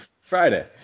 Friday